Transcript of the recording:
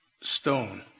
stone